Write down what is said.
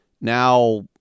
now